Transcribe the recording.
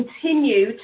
Continue